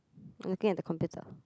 I'm looking at the computer